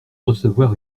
recevoir